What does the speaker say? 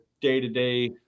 day-to-day